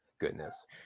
Goodness